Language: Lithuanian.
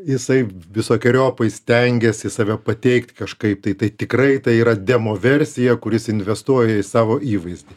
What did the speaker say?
jisai visokeriopai stengiasi save pateikt kažkaip tai tai tikrai tai yra demoversija kuris investuoja į savo įvaizdį